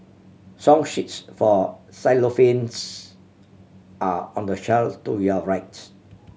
song sheets for xylophones are on the shelf to your right